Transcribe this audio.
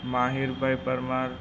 માહિર ભાઈ પરમાર